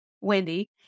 Wendy